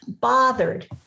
bothered